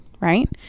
Right